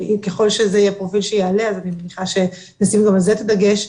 וככל שזה יהיה פרופיל של שיעלה עליו ונשים את הדגש.